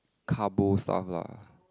carbo stuff lah